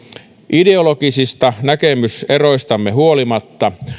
ideologisista näkemyseroistamme huolimatta